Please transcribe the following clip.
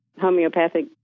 homeopathic